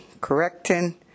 correcting